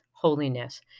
holiness